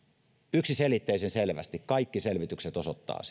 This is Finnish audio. yksiselitteisen selvästi kaikki selvitykset osoittavat